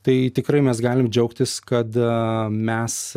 tai tikrai mes galim džiaugtis kad mes